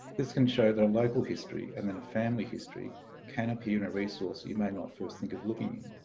this can show that a local history and then a family history can appear in a resource you may not first think of looking in.